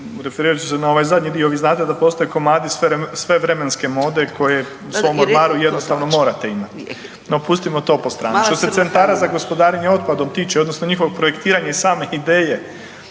Referirat ću se na ovaj zadnji dio, vi znate da postoje komadi svevremenske mode koje u svom ormaru jednostavno morate imati. No pustimo to po strani. Što se centara za gospodarenje otpadom tiče odnosno njihovog projektiranja i same ideje,